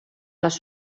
les